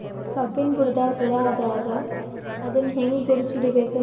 ಕಬ್ಬಿನ್ ಬುಡದಾಗ ಹುಳ ಆದರ ಅದನ್ ಹೆಂಗ್ ಗುರುತ ಹಿಡಿಬೇಕ?